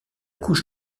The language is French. couche